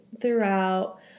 throughout